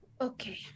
Okay